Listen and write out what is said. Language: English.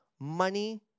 Money